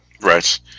Right